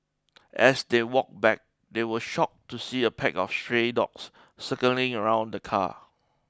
as they walked back they were shocked to see a pack of stray dogs circling around the car